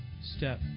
step